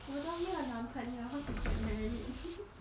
我都没有男朋友 how to get married